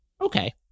Okay